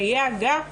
שיהיה אגף